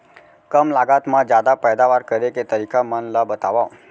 कम लागत मा जादा पैदावार करे के तरीका मन ला बतावव?